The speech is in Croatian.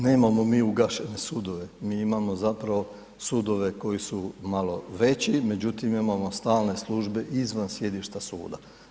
Nemamo mi ugašene sudove, mi imamo zapravo sudove koji su malo veći međutim imamo stalne službe izvan sjedišta suda.